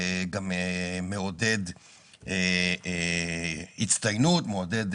זה גם מעודד הצטיינות, מעודד